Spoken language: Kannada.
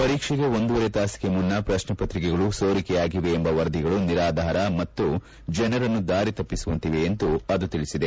ಪರೀಕ್ಷೆಗೆ ಒಂದೂವರೆ ತಾಸಿಗೆ ಮುನ್ನ ಪ್ರಶ್ನೆಪತ್ರಿಕೆಗಳು ಸೋರಿಕೆಯಾಗಿವೆ ಎಂಬ ವರದಿಗಳು ನಿರಾಧಾರ ಮತ್ತು ಜನರನ್ನು ದಾರಿ ತಪ್ಪಿಸುವಂತಿದೆ ಎಂದು ಅದು ತಿಳಿಸಿದೆ